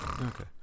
Okay